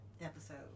episode